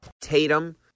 Tatum